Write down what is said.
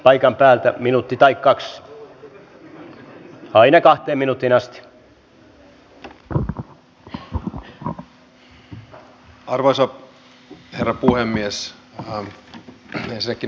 miten te katsotte tähän näköalaan johon muun muassa kansliapäällikkö räty näytti viimeisimmäksi viitanneen